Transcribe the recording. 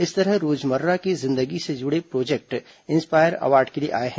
इस तरह रोजमर्रा की जिंदगी से जुड़े प्रोजेक्ट इंस्पायर अवॉर्ड के लिए आए हैं